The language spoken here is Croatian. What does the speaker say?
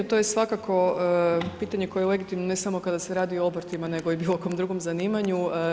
To je svakako pitanje koje je legitimno, ne samo kada se radi o obrtima nego i bilo kojem drugom zanimanju.